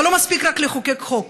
אבל לא מספיק רק לחוקק חוק,